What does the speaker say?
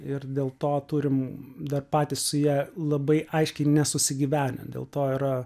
ir dėl to turim dar patys su ja labai aiškiai nesusigyvenę dėl to yra